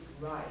right